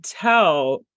tell